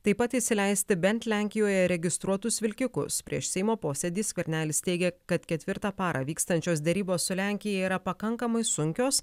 taip pat įsileisti bent lenkijoje registruotus vilkikus prieš seimo posėdį skvernelis teigė kad ketvirtą parą vykstančios derybos su lenkija yra pakankamai sunkios